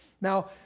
Now